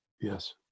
Yes